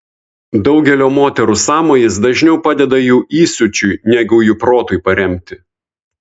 daugelio moterų sąmojis dažniau padeda jų įsiūčiui negu jų protui paremti